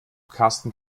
karsten